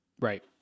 right